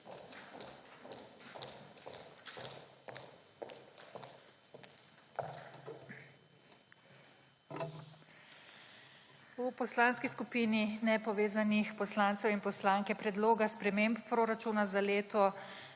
V Poslanski skupini nepovezanih poslancev in poslanke Predloga sprememb proračuna za leto